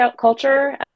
culture